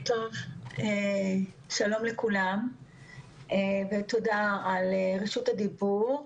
שלום לכולם ותודה על רשות הדיבור.